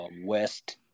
West